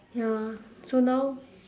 ya so now